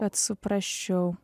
kad suprasčiau